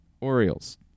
Orioles